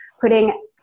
putting